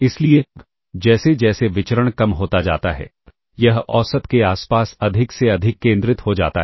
इसलिए जैसे जैसे विचरण कम होता जाता है यह औसत के आसपास अधिक से अधिक केंद्रित हो जाता है